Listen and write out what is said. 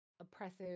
oppressive